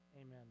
Amen